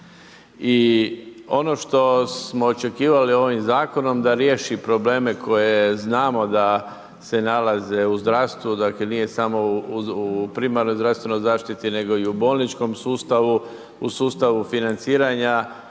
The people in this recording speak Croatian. I ono što smo očekivali ovim zakonom da riješi probleme koje znamo da se nalaze u zdravstvu, dakle nije samo u primarnoj zdravstvenoj zaštiti, nego i u bolničkom sustavu, u sustavu financiranja,